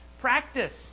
Practice